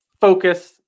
focus